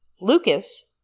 Lucas